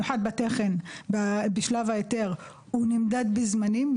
במיוחד בתכן, בשלב ההיתר, הוא נמדד בזמנים.